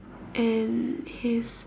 and his